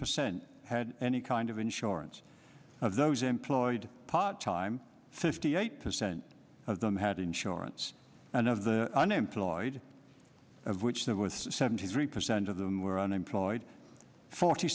percent had any kind of insurance of those employed part time fifty eight percent of them had insurance and of the unemployed of which there was seventy three percent of them were unemployed forty